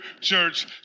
church